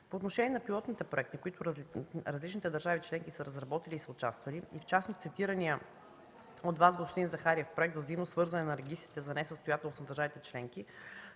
По отношение на пилотните проекти, които различните държави членки са разработили и са участвали и в част от цитирания от Вас, господин Захариев, Проект за взаимно свързване на регистрите за несъстоятелност на държавите членки,